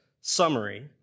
summary